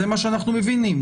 זה מה שאנחנו מבינים,